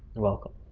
you're welcome.